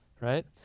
right